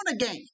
again